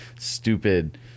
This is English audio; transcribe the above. stupid